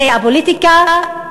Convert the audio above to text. זו הפוליטיקה,